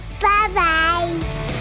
Bye-bye